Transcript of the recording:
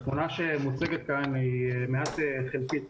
התמונה שמוצגת כאן היא מעט חלקית.